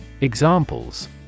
Examples